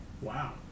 Wow